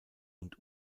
und